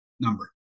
number